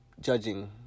judging